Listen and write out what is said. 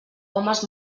homes